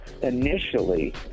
Initially